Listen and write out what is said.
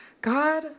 God